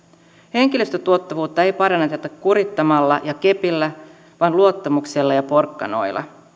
henkilöstötuottavuutta ei paranneta kurittamalla ja kepillä vaan luottamuksella ja porkkanoilla